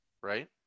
right